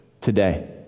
today